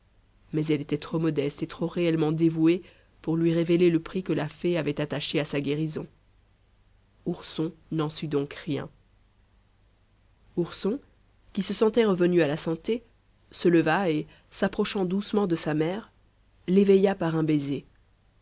mais elle était trop modeste et trop réellement dévouée pour lui révéler le prix que la fée avait attaché à sa guérison ourson n'en sut donc rien ourson qui se sentait revenu à la santé se leva et s'approchant doucement de sa mère l'éveilla par un baiser